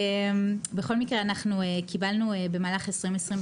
בכל מקרה אנחנו קיבלנו במהלך שנת 2022